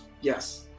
yes